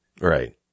Right